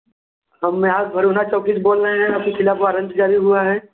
हम यहाँ भरौना चौकी से बोल रहे हैं आपके खिलाफ वॉरंट जारी हुआ है